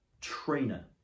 trainer